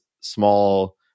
small